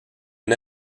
une